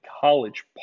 College